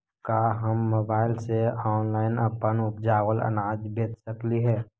का हम मोबाईल से ऑनलाइन अपन उपजावल अनाज बेच सकली हे?